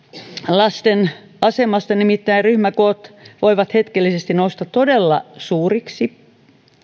lasten asemasta nimittäin ryhmäkoot voivat hetkellisesti nousta todella suuriksi